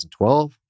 2012